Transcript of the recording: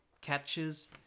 catches